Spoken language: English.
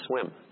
swim